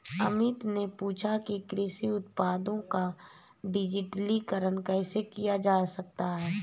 अमित ने पूछा कि कृषि उत्पादों का डिजिटलीकरण कैसे किया जा सकता है?